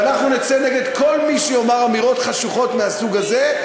ואנחנו נצא נגד כל מי שיאמר אמירות חשוכות מהסוג הזה,